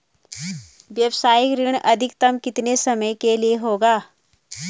व्यावसायिक ऋण अधिकतम कितने समय के लिए होगा?